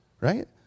right